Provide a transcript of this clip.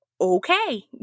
okay